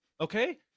okay